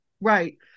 Right